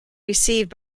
received